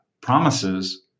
promises